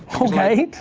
okay.